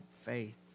faith